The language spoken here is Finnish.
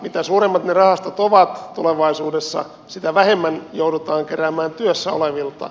mitä suuremmat ne rahastot ovat tulevaisuudessa sitä vähemmän joudutaan keräämään työssä olevilta